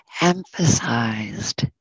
emphasized